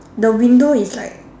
the window is like